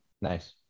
Nice